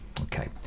Okay